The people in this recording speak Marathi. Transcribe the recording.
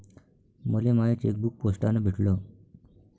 मले माय चेकबुक पोस्टानं भेटल